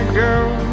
girl